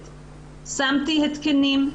לכל בדיקה יש אלחוש,